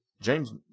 James